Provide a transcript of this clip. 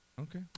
Okay